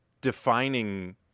defining